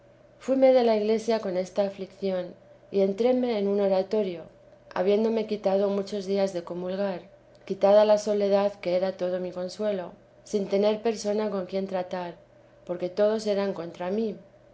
fuíme de la iglesia con esta aflicción y éntreme en un oratorio habiéndome quitado muchos días de comulgar quitada la soledad que era todo mi consuelo sin tener persona con quien tratar porque todos eran contra mí